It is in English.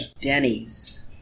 denny's